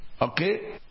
Okay